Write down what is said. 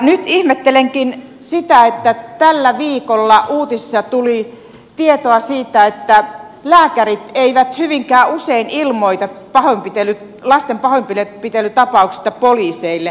nyt ihmettelenkin sitä että tällä viikolla uutisissa tuli tietoa siitä että lääkärit eivät hyvinkään usein ilmoita lasten pahoinpitelytapauksista poliiseille